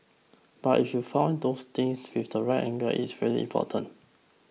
but if you found those things with the right angle it's really important